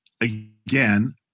again